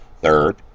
Third